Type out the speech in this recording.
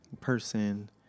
person